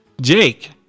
Jake